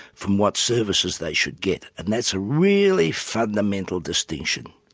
from what services they should get, and that's a really fundamental distinction,